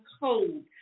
code